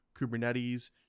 Kubernetes